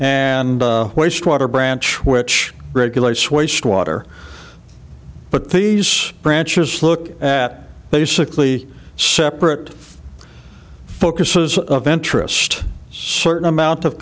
and wastewater branch which regulates waste water but these branches look at basically separate focuses of interest certain amount of